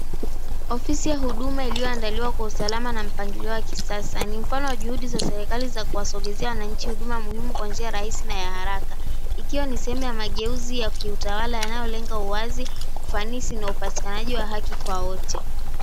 Ofisi ya huduma iliyoandaliwa kwa usalama na mpangilio wa kisasa ni mfano wa juhudi za serikali za kuwasogezea wananchi huduma muhimu kuanzia raisi na ya haraka. Ikiwa ni sehemu ya mageuzi ya kiutawala yanayolenga uwazi, ufanisi, na upatikanaji wa haki kwa wote.